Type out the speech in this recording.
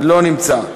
לא נמצא.